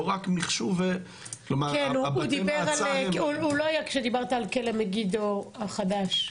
לא היית כשהוא דיבר על כלא מגידו החדש.